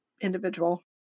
individual